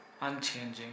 unchanging